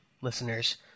listeners